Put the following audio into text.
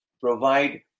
provide